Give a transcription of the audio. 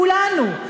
כולנו,